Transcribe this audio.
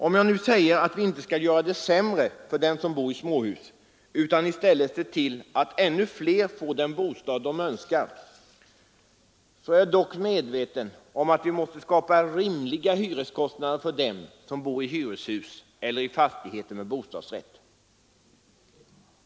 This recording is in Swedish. Om jag nu säger att vi inte skall göra det sämre för dem som bor i småhus utan i stället se till att ännu flera får den bostad de önskar, så är jag dock medveten om att vi måste skapa rimliga hyreskostnader för dem som bor i hyreshus eller i fastigheter med bostadsrätt.